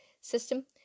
system